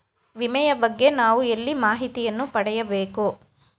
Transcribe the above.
ವಿಮೆಯ ಬಗ್ಗೆ ನಾವು ಎಲ್ಲಿ ಮಾಹಿತಿಯನ್ನು ಪಡೆಯಬೇಕು?